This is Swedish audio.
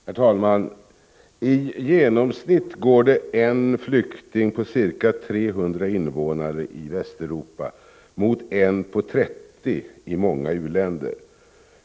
Herr talman! I genomsnitt går det 1 flykting på ca 300 invånare i Västeuropa, mot 1 på 30 i många u-länder.